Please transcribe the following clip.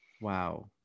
Wow